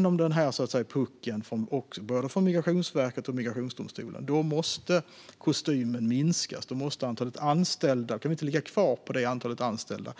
Nu när Migrationsverket och migrationsdomstolarna så att säga är över puckeln måste kostymen minskas. Antalet anställda kan inte ligga kvar på den nivå som migrationsdomstolarna